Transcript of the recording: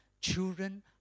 children